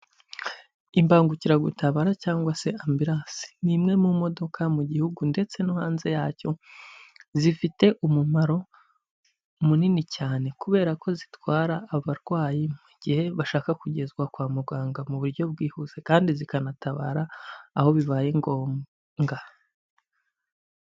Imbangukiragutabara cyangwa se ambiransi, ni imwe mu modoka mu gihugu ndetse no hanze yacyo, zifite umumaro munini cyane kubera ko zitwara abarwayi mu gihe bashaka kugezwa kwa muganga mu buryo bwihuse kandi zikanatabara aho bibaye ngombwa.